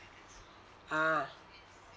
ah